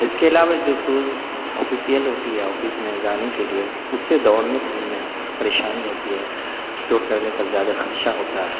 اس کے علاوہ جو شوز آفیشیل ہوتی ہے آفس میں جانے کے لیے اس سے دوڑنے کے میں پریشانی ہوتی ہے چوٹ لگنے کا زیادہ خدشہ ہوتا ہے